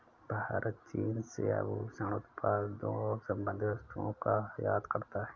भारत चीन से आभूषण उत्पादों और संबंधित वस्तुओं का आयात करता है